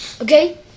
Okay